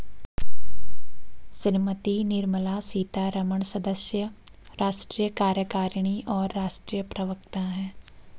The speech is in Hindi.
श्रीमती निर्मला सीतारमण सदस्य, राष्ट्रीय कार्यकारिणी और राष्ट्रीय प्रवक्ता हैं